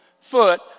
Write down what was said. foot